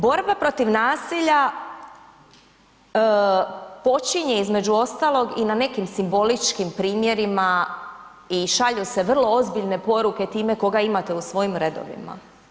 Borba protiv nasilja počinje između ostalog i na nekim simboličkim primjerima i šalju se vrlo ozbiljne poruke time koga imate u svojim redovima.